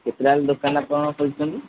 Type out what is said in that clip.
କେତେଟା ବେଳୁ ଦୋକାନ ଆପଣ ଖୋଲୁଛନ୍ତି